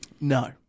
No